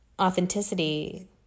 authenticity